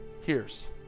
Hears